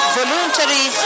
voluntary